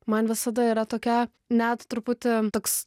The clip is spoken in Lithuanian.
man visada yra tokia net truputį toks